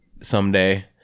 someday